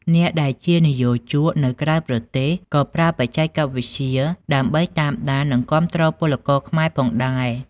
អ្នកដែលជានិយោជកនៅក្រៅប្រទេសក៏ប្រើបច្ចេកវិទ្យាដើម្បីតាមដាន និងគាំទ្រពលករខ្មែរផងដែរ។